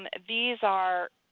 and these are,